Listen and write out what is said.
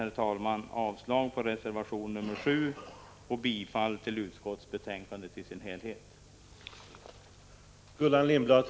Jag yrkar avslag på reservation 7 och bifall till utskottets hemställan i dess helhet.